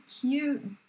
cute